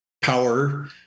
power